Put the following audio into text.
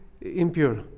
impure